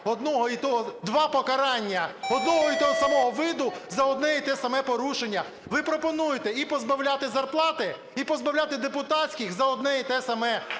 одного й того… два покарання одного й того самого виду, за одне й те саме порушення. Ви пропонуєте і позбавляти зарплати, і позбавляти депутатських за одне й те саме.